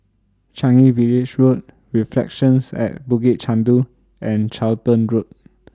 Changi Village Road Reflections At Bukit Chandu and Charlton Road